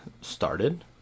started